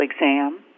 exam